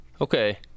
Okay